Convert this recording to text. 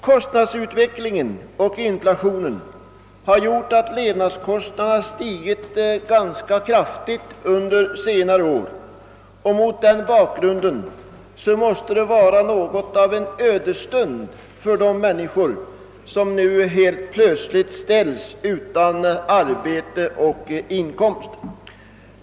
Kostnadsutvecklingen och inflationen har gjort att levnadskostnaderna stigit ganska kraftigt under senare år. Mot denna bakgrund måste det vara något av en ödesstund för de människor som nu plötsligt ställs utan arbete och inkomst.